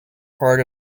part